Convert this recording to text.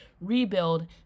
rebuild